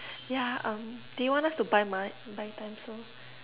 yeah um they want us to buy buy time so